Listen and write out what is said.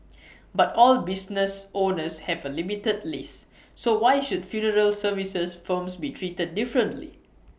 but all business owners have A limited lease so why should funeral services firms be treated differently